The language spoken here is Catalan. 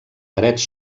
parets